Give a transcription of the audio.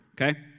Okay